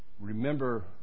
remember